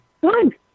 Good